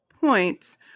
points